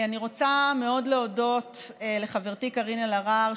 אני רוצה מאוד להודות לחברתי קארין אלהרר,